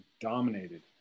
dominated